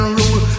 rule